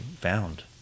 found